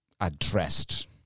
addressed